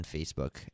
Facebook